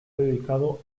dedicado